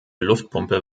luftpumpe